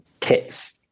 tits